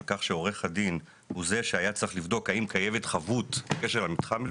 על כך שעורך הדין הוא זה שהיה צריך לבדוק האם קיימת חבות בקשר למתחם,